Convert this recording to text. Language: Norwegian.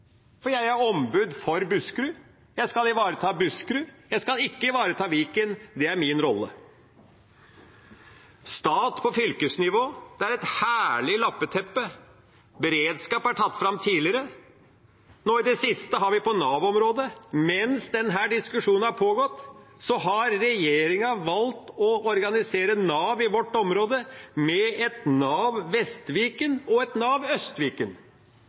for jeg er ombud for Buskerud. Jeg skal ivareta Buskerud – jeg skal ikke ivareta Viken. Det er min rolle. Stat på fylkesnivå – det er et herlig lappeteppe. Beredskap er tatt fram tidligere. Nå i det siste har regjeringen på Nav-området, mens denne diskusjonen har pågått, valgt å organisere Nav i vårt område med et Nav Vest-Viken og et Nav